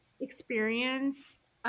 Experience